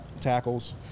tackles